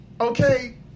Okay